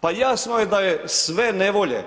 Pa jasno je da je sve nevolje,